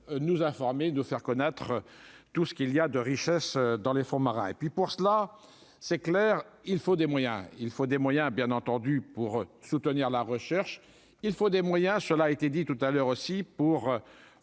nous informer, de faire connaître tout ce qu'il y a de richesse dans les fonds marins et puis pour cela c'est clair, il faut des moyens, il faut des moyens, bien entendu, pour soutenir la recherche, il faut des moyens, cela a été dit tout à l'heure aussi pour